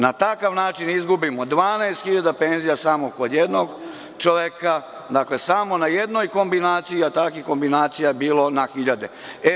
Na takav način izgubimo 12.000 penzija samo kod jednog čoveka, dakle samo na jednoj kombinaciji, a takvih kombinacija je bilo na hiljade.